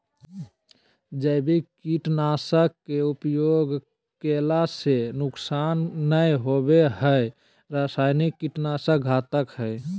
जैविक कीट नाशक के उपयोग कैला से नुकसान नै होवई हई रसायनिक कीट नाशक घातक हई